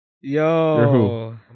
Yo